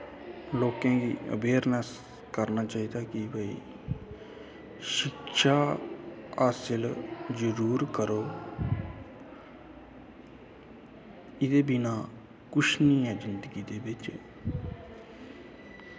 लोकें गी अवेयरनैस्स करना चाही दा कि भाई शिक्षा हासल जरूर करो एह्दे बिना कुश नी ऐ जिन्दगी दे बिच्च